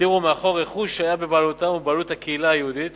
הותירו מאחור רכוש שהיה בבעלותם או בבעלות הקהילה היהודית